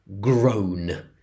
groan